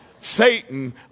Satan